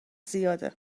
زیاده